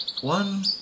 One